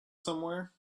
somewhere